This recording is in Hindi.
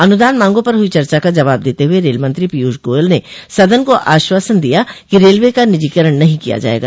अनुदान मांगों पर हुई चर्चा का जवाब देते हुए रेलमंत्री पीयूष गोयल ने सदन को आश्वासन दिया कि रेलवे का निजीकरण नहीं किया जायेगा